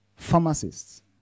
pharmacists